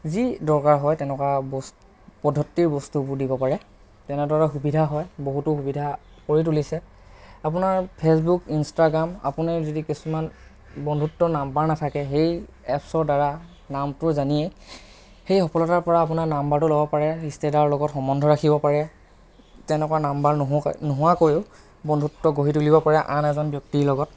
যি দৰকাৰ হয় তেনেকুৱা বস্তু পদ্ধতিৰ বস্তুবোৰ দিব পাৰে তেনেদৰে সুবিধা হয় বহুতো সুবিধা কৰি তুলিছে আপোনাৰ ফেছবুক ইন্সট্ৰাগ্ৰাম আপোনাৰ যদি কিছুমান বন্ধুত্বৰ নাম্বাৰ নাথাকে সেই এপচ্ৰ দ্বাৰা নামটো জানিয়েই সেই সফলতাৰ পৰা আপোনাৰ নাম্বাৰটো ল'ব পাৰে ৰিষ্টেদাৰৰ লগত সমন্ধ ৰাখিব পাৰে তেনেকুৱা নাম্বাৰ নোহোৱাকৈ নোহোৱাকৈয়ো বন্ধুত্ব গঢ়িব তুলিব পাৰে আন এজন ব্য়ক্তিৰ লগত